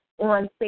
on